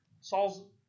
Saul's